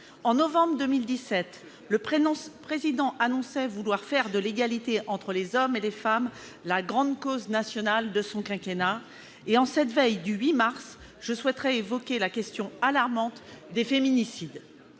En novembre 2017, le Président de la République annonçait vouloir faire de l'égalité entre les hommes et les femmes la grande cause nationale de son quinquennat. En cette veille de 8 mars, je souhaiterais évoquer la question alarmante des féminicides.